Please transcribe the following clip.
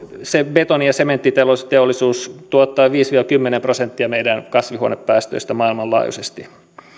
betoni ja sementtiteollisuus tuottaa viisi viiva kymmenen prosenttia meidän kasvihuonepäästöistä maailmanlaajuisesti